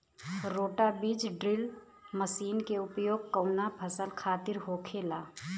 रोटा बिज drill machine के उपयोग कऊना फसल खातिर होखेला?